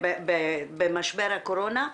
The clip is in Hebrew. במשבר הקורונה,